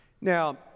Now